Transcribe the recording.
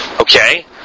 Okay